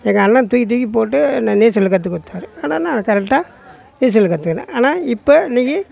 எங்கள் அண்ணன் தூக்கி தூக்கி போட்டு நான் நீச்சல் கற்றுக் கொடுத்தாரு ஆனாலும் அது கரெக்டாக நீச்சலை கற்றுக்குனேன் ஆனால் இப்போ இன்றைக்கி